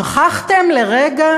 שכחתם לרגע